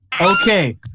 Okay